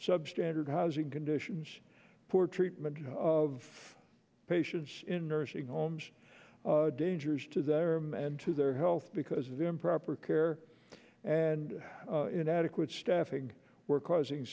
substandard housing conditions poor treatment of patients in nursing homes dangers to their and to their health because of improper care and inadequate staffing were causing